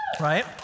Right